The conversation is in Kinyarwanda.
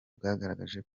bwagaragaje